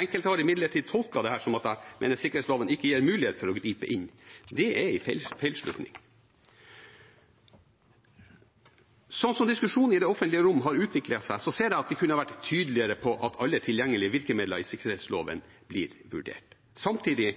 Enkelte har imidlertid tolket dette som at jeg mener at sikkerhetsloven ikke gir mulighet for å gripe inn. Det er en feilslutning. Slik diskusjonen i det offentlige rom har utviklet seg, ser jeg at vi kunne vært tydeligere på at alle tilgjengelige virkemidler i sikkerhetsloven blir vurdert. Samtidig